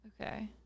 Okay